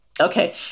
Okay